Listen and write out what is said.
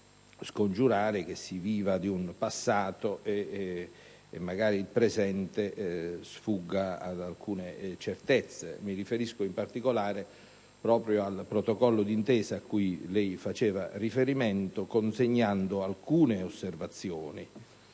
scongiurare che si viva di un passato mentre magari il presente sfugga ad alcune certezze. Mi riferisco, in particolare, al protocollo d'intesa cui lei faceva riferimento, su cui vorrei fare alcune osservazioni.